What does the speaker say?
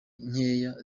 nkeya